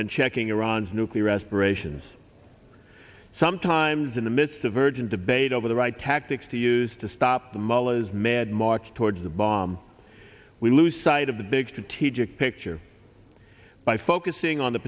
and checking iran's nuclear aspirations sometimes in the midst of urgent debate over the right tactics to use to stop the mullahs mad march towards the bomb we lose sight of the big strategic picture by focusing on th